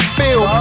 feel